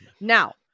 Now